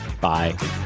Bye